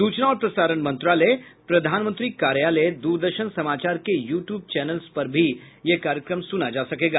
सूचना और प्रसारण मंत्रालय प्रधानमंत्री कार्यालय द्रदर्शन समाचार के यू ट्यूब चैनल पर यह कार्यक्रम सुना जा सकेगा